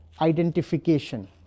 identification